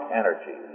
energy